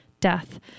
death